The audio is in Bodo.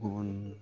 गुबुन